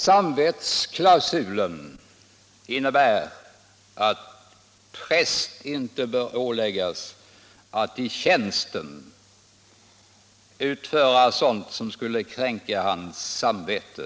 Samvetsklausulen innebär att präst inte bör åläggas att i tjänsten utföra sådant som skulle kränka hans samvete.